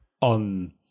on